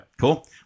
cool